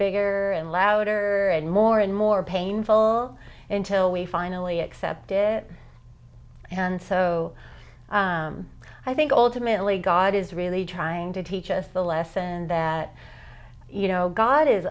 bigger and louder and more and more painful in till we finally accept it and so i think ultimately god is really trying to teach us the lesson that you know god is